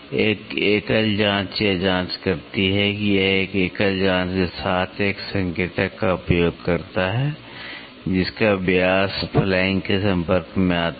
एक एकल जांच यह जांच करती है कि यह एक एकल जांच के साथ एक संकेतक का उपयोग करता है जिसका व्यास फ्लैंक के संपर्क में आता है